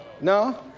no